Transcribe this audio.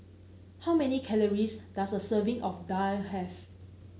how many calories does a serving of daal have